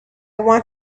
want